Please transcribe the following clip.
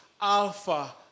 Alpha